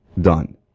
done